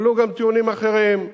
הועלו גם טיעונים אחרים,